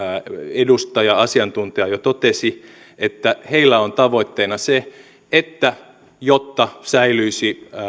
edustaja asiantuntija jo totesi että heillä on tavoitteena se että jotta säilyisi